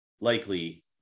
likely